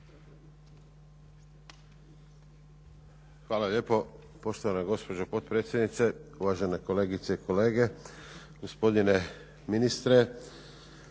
Hvala lijepo poštovana gospođo potpredsjednice, uvažena kolegice i kolege, gospodine ministre